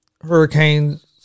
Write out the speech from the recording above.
Hurricanes